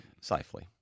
safely